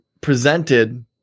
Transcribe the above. presented